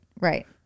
Right